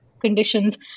conditions